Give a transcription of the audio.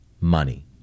money